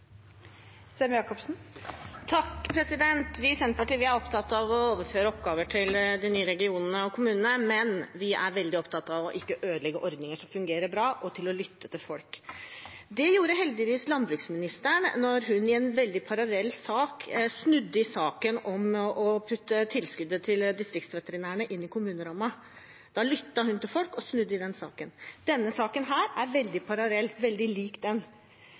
Vi i Senterpartiet er opptatt av å overføre oppgaver til de nye regionene og kommunene, men vi er veldig opptatt av å ikke ødelegge ordninger som fungerer bra, og av å lytte til folk. Det gjorde heldigvis landbruksministeren da hun snudde i en veldig parallell sak, i saken om å putte tilskuddet til distriktsveterinærene inn i kommunerammen. Da lyttet hun til folk og snudde i den saken. Denne saken er veldig parallell, veldig lik den.